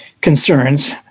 concerns